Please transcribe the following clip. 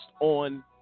on